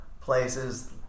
places